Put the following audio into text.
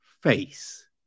face